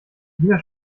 lieber